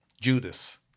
Judas